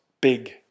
big